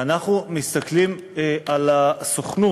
ואנחנו מסתכלים על הסוכנות,